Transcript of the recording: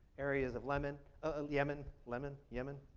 areas of lemon ah yemen lemon yemen.